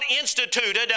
instituted